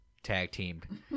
tag-teamed